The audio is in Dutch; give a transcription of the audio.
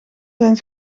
zijn